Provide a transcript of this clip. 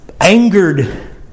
angered